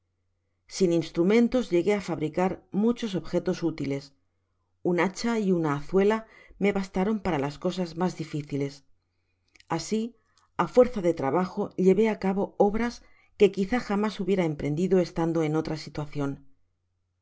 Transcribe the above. sin instrumentos llegué á fabricar muchos objetos útiles un hacha y una azuela me bastaron para las cosas mas dif ciles asi á fuerza de trabajo lleve á cabo obras que quizá jamás hubiera emprendido estando en otra situacion